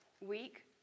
week